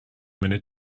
minute